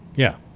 yeah.